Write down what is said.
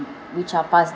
which are passed